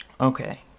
Okay